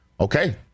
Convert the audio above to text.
Okay